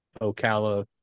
Ocala